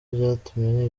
byatumye